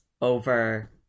over